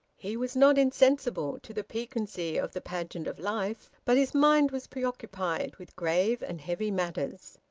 he was not insensible to the piquancy of the pageant of life, but his mind was preoccupied with grave and heavy matters.